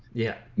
yeah